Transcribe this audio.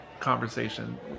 Conversation